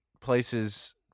places